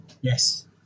Yes